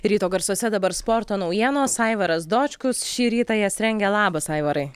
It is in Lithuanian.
ryto garsuose dabar sporto naujienos aivaras dočkus šį rytą jas rengia labas aivarai